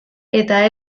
eta